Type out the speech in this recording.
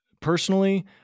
personally